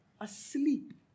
asleep